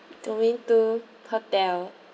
domain two hotel